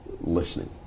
listening